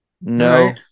No